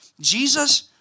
Jesus